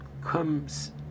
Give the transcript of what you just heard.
comes